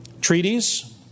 treaties